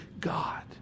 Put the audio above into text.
God